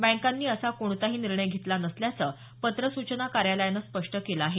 बँकांनी असा कोणताही निर्णय घेतला नसल्याचं पत्र सूचना कार्यालयानं स्पष्ट केलं आहे